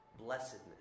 blessedness